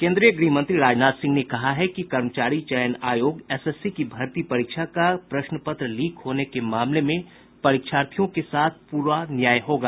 केन्द्रीय गृहमंत्री राजनाथ सिंह ने कहा है कि कर्मचारी चयन आयोग एसएससी की भर्ती परीक्षा का प्रश्नपत्र लीक होने के मामले में परीक्षार्थियों के साथ प्ररा न्याय होगा